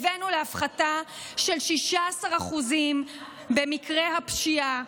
הבאנו להפחתה של 16% במקרי הפשיעה.